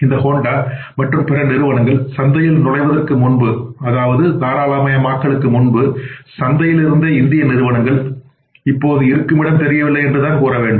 இந்த ஹோண்டா மற்றும் பிற நிறுவனங்கள் சந்தையில் நுழைவதற்கு முன்பு தாராளமயமாக்கலுக்கு முன்பு சந்தையில் இருந்த இந்திய நிறுவனங்கள் இப்போதும் இருக்கும் இடம் தெரியவில்லை என்றுதான் கூறவேண்டும்